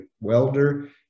welder